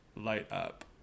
light-up